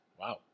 Wow